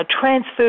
transfer